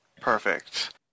Perfect